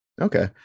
Okay